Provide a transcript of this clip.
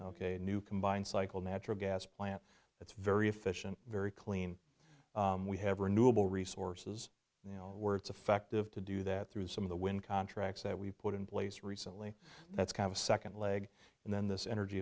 ok new combined cycle natural gas plants it's very efficient very clean we have renewable resources you know words effective to do that through some of the wind contracts that we've put in place recently that's kind of a second leg and then this energy